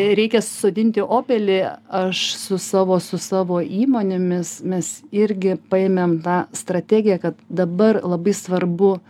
reikia sodinti obelį aš su savo su savo įmonėmis mes irgi paėmėm tą strategiją kad dabar labai svarbu